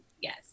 yes